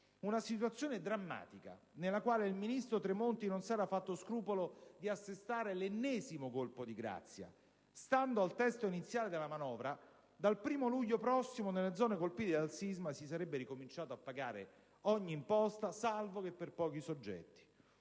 una situazione drammatica nella quale il ministro Tremonti non s'era fatto scrupolo di assestare il colpo di grazia: stando al testo iniziale della manovra, dal 1° luglio prossimo, nelle zone colpite dal sisma, si sarebbe ricominciato a pagare ogni imposta, salvo che per pochi soggetti.